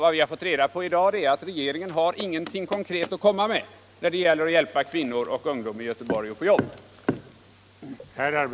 Vad vi har fått reda på i dag är att regeringen inte har någonting konkret att komma med när det gäller att hjälpa kvinnor och ungdom i Göteborg att få jobb.